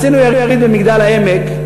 עשינו יריד במגדל-העמק,